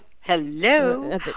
hello